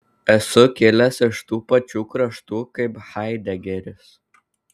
esu kilęs iš tų pačių kraštų kaip haidegeris